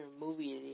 movie